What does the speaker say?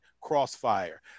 crossfire